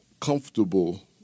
comfortable